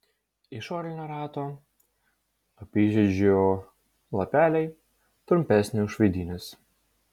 išorinio rato apyžiedžio lapeliai trumpesni už vidinius